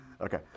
Okay